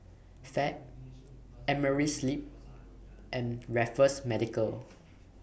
Fab Amerisleep and Raffles Medical